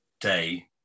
day